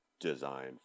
design